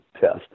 test